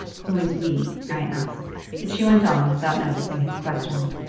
who is we? harry asked but she went on without noticing his question.